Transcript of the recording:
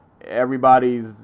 everybody's